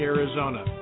Arizona